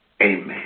Amen